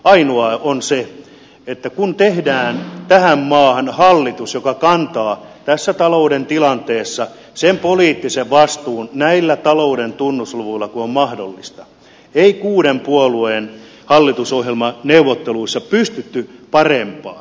ainoa on se että kun tehdään tähän maahan hallitus joka kantaa tässä talouden tilanteessa sen poliittisen vastuun näillä talouden tunnusluvuilla kuin on mahdollista ei kuuden puolueen hallitusohjelmaneuvotteluissa pystytty parempaan